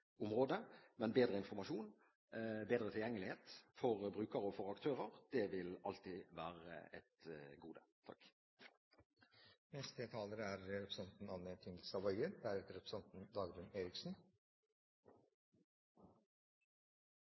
området. Men bedre informasjon og bedre tilgjengelighet for brukere og for aktører vil alltid være et gode. Voksenopplæringsfeltet er,